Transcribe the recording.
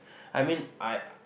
I mean I